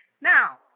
Now